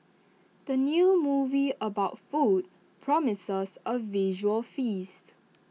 the new movie about food promises A visual feast